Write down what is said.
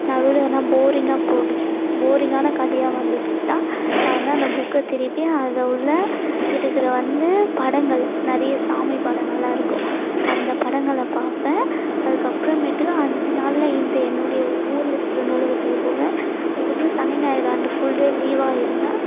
நடுவில் எதனா போரிங்காக போடுத் போரிங்கான கதையாக வந்துச்சுன்னா நான் வந்து அந்த புக்கை திருப்பி அது உள்ளே இருக்கிற வந்து படங்கள் நிறைய சாமி படங்கலெலாம் இருக்கும் அந்த படங்கள பார்ப்பேன் அதுக்கு அப்புறமேட்டுக்கு அஞ்சு நாளில் இந்த என்னுடைய ஊரில் இருக்கிற நூலகத்துக்கு போவேன் அதுக்கப்புறோம் சனி ஞாயிறு அண்டு ஃபுல்டே லீவாக இருந்தால்